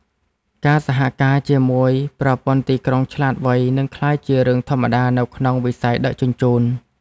ការសហការជាមួយប្រព័ន្ធទីក្រុងឆ្លាតវៃ នឹងក្លាយជារឿងធម្មតានៅក្នុងវិស័យដឹកជញ្ជូន។